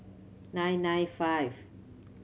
nine nine five